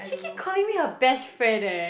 she keep calling me her best friend eh